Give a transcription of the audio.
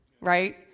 right